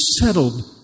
settled